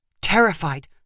terrified